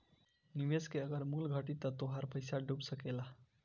निवेश के अगर मूल्य घटी त तोहार पईसा डूब सकेला